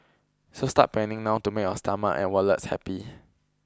so start planning now to make your stomach and wallets happy